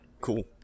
cool